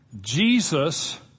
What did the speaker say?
Jesus